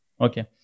Okay